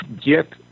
get